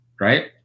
right